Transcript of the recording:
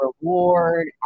reward